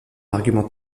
argument